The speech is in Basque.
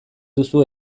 duzu